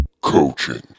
coaching